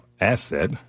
asset